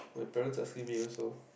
my parents asking me also